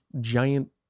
giant